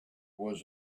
was